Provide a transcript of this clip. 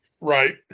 Right